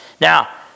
Now